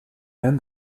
end